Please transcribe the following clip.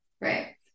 Right